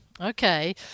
Okay